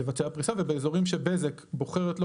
לבצע פריסה ובאזורים שבזק בוחרת לא